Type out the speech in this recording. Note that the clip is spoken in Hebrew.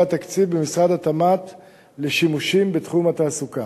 התקציב במשרד התמ"ת לשימושים בתחום התעסוקה.